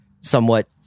somewhat